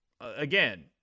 again